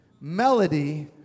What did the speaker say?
Melody